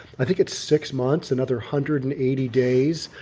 i think it's six months, another hundred and eighty days.